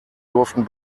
durften